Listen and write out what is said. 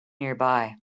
nearby